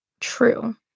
True